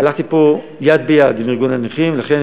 הלכתי פה יד ביד עם ארגון הנכים.